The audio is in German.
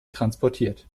transportiert